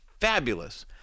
fabulous